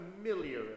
familiar